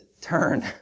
turn